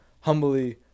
humbly